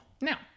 Now